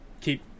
keep